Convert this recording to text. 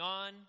on